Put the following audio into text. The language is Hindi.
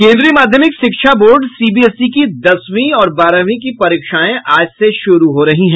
केन्द्रीय माध्यमिक शिक्षा बोर्ड सीबीएसई की दसवीं और बारहवीं की परीक्षाएं आज से शुरू हो रही है